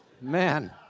Man